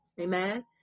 Amen